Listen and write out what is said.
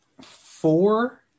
four